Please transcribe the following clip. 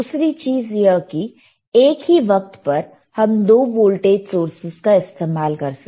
दूसरी चीज यह की एक ही वक्त पर हम दो वोल्टेज सोर्सेस का इस्तेमाल कर सकते हैं